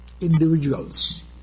individuals